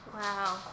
Wow